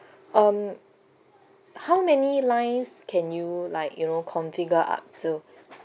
um how many lines can you like you know configure up to